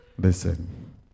listen